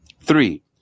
Three